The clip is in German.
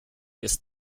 ist